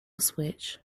switch